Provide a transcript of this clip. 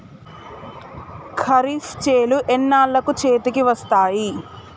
ఖరీఫ్ చేలు ఎన్నాళ్ళకు చేతికి వస్తాయి?